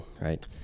right